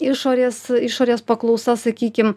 išorės išorės paklausa sakykim